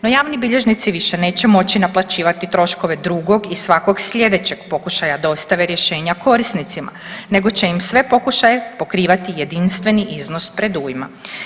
No javni bilježnici više neće moći naplaćivati troškove drugog i svakog sljedećeg pokušaja dostave rješenja korisnicima nego će im sve pokušaje pokrivati jedinstveni iznos predujma.